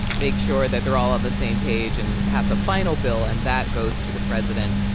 make sure that they're all on the same page and pass a final bill. and that goes to the president.